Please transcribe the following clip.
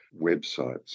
websites